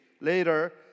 later